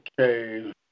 Okay